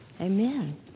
Amen